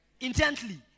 intently